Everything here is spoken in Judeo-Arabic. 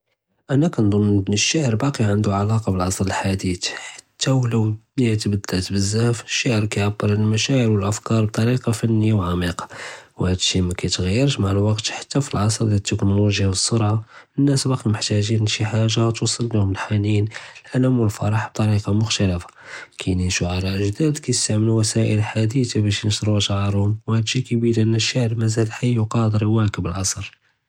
אֲנַא קַנְדּוּן אֶל-שְׁעַר בַּאקִי עַנְדוּ עַלַאקַה בְּעַסְר חַדִيث חַתָּא וְלַא דֻנְיַא תְּבַדְּלַאת בְּזַאף, אֶל-שְׁעַר קַיְּעַבֶּר עַלַא אֶל-מַשַׁאעֶר וְאֶל-אַפְכּאר בִּطְרִיקַה פִּנִּיָּה וְעַמִּיקָה וְהַאדּ שִי מַקֵּיְתְּגַיְרְש מַעַא אֶל-וַקְת חַתָּא פִי אֶל-עַסְר דְיַאל טֶכְנוֹלוֹגְיָה וְאֶל-סֻרְעָה, אֶلنَّاس בָּقוּ מְחַתְּגִּין לְשִי חַאגָ'ה תְּוַסְל בִּיהֶם אֶל-חַנִּין, אָלָם וְאֶל-פַּרַח בִּטְרִיקַה מֻכְתַלֶּפָה. קַיִנִין שֻּעֲרָא גְּדָד קַיְסְתַעְמְלוּ טֻרֻּק גְּדָדִין בַּשּׁ יְנַשְּׁרוּ אֶשְׁעָרְהֶם וְהַאד שִי קַיְּבִּין אִןּ שְׁעַר מַזָּל חַיַ וְיְקַדֵּר יְוַאקֵב אֶל-עַסְר.